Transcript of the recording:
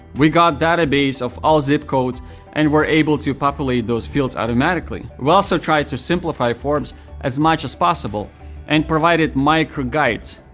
we got a database of all zip codes and were able to populate those fields automatically. we also tried to simplify forms as much as possible and provided micro guides.